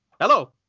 Hello